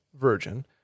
virgin